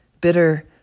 bitter